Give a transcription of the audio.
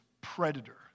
predator